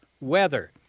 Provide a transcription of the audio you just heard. weather